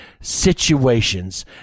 situations